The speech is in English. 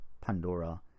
Pandora